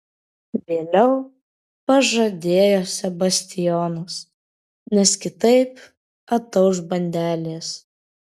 vėliau pažadėjo sebastijonas nes kitaip atauš bandelės